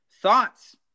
Thoughts